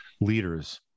leaders